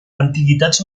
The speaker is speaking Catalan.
antiguitats